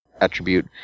attribute